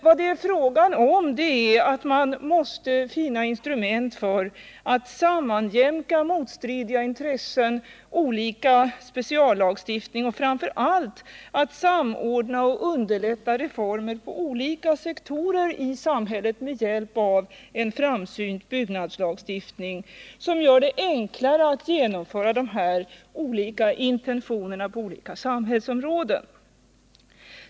Vi behöver finna instrument för att sammanjämka motstridiga intressen, speciallagstiftning på olika områden, och framför allt för att samordna och underlätta reformer på olika sektorer i samhället med hjälp av framsynt byggnadslagstiftning, som gör det enklare att genomföra de här olika intentionerna på olika samhällsområden.